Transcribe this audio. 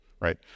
right